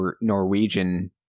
Norwegian